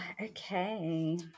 Okay